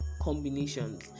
combinations